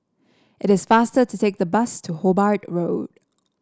it is faster to take the bus to Hobart Road